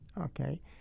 okay